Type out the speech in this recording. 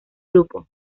grupo